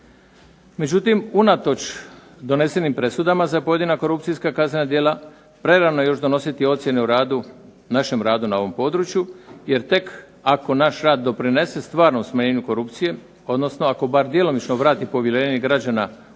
Međutim, unatoč donesenim presudama za pojedina korupcijska kaznena djela prerano je još donositi ocjene o radu, našem radu na ovom području. Jer tek ako naš rad doprinese stvarnom smanjenju korupcije, odnosno ako bar djelomično vrati povjerenje građana u rad